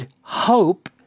hope